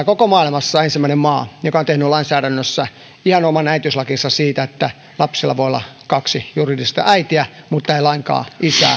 koko maailmassa ensimmäinen maa joka on tehnyt lainsäädännössä ihan oman äitiyslakinsa siitä että lapsella voi olla kaksi juridista äitiä mutta ei lainkaan isää